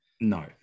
No